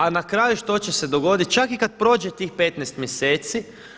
A na kraju što će se dogoditi, čak i kada prođe tih 15 mjeseci?